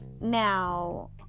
Now